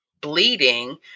bleeding